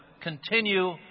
continue